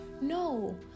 no